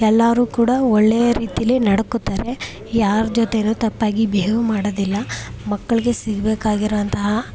ಎಲ್ಲರೂ ಕೂಡ ಒಳ್ಳೆಯ ರೀತಿಲಿ ನಡ್ಕೊತಾರೆ ಯಾರ ಜೊತೆಯೂ ತಪ್ಪಾಗಿ ಬಿಹೇವ್ ಮಾಡೋದಿಲ್ಲ ಮಕ್ಕಳಿಗೆ ಸಿಗಬೇಕಾಗಿರೋ ಅಂತಹ